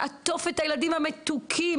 לעטוף את הילדים המתוקים,